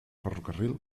ferrocarril